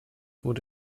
wurde